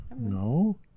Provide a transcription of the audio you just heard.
No